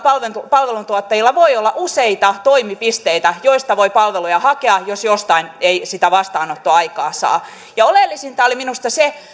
palveluntuottajilla voi olla useita toimipisteitä joista voi palveluja hakea jos jostain ei sitä vastaanottoaikaa saa oleellisinta oli minusta se